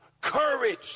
Courage